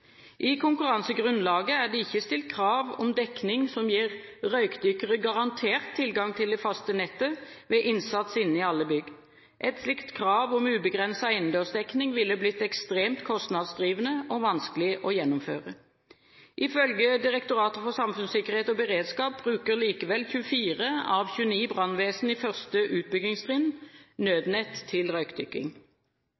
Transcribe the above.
I konkurransegrunnlaget er det ikke stilt krav om dekning som gir røykdykkere garantert tilgang til det faste nettet ved innsats inne i alle bygg. Et slikt krav om ubegrenset innendørsdekning ville blitt ekstremt kostnadsdrivende og vanskelig å gjennomføre. Ifølge Direktoratet for samfunnssikkerhet og beredskap bruker likevel 24 av 29 brannvesen i første utbyggingstrinn